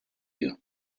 year